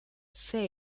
zer